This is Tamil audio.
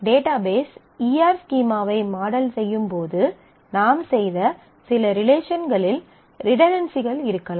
டேட்டாபேஸ் ஈ ஆர் ஸ்கீமாவை மாடல் செய்யும் போது நாம் செய்த சில ரிலேஷன்களில் ரிடன்டன்சிகள் இருக்கலாம்